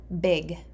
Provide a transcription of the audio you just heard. big